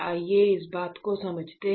आइए इस बात को समझते हैं